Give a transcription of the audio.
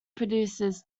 producers